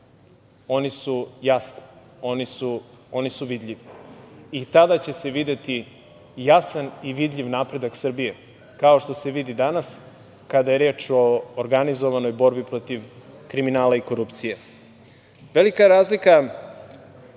oni su jasni, oni su vidljivi i tada će se videti jasan i vidljiv napredak Srbije, kao što se vidi danas kada je reč o organizovanoj borbi protiv kriminala i korupcije. Velika je razlika